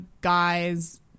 guys